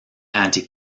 anti